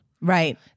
Right